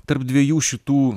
tarp dviejų šitų